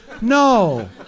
no